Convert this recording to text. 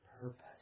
purpose